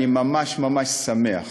ואני ממש-ממש שמח